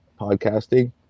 podcasting